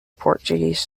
portuguese